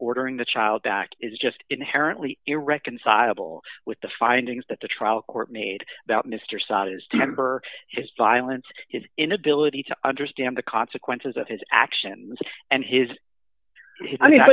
ordering the child back is just inherently irreconcilable with the findings that the trial court made about mr saad is temper his violence his inability to understand the consequences of his actions and his i mean